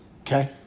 Okay